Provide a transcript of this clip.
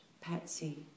Patsy